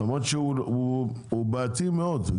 למרות שהוא בעייתי מאוד,